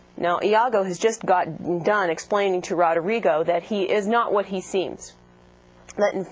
now iago has just got done explaining to roderigo that he is not what he seems that and